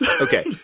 Okay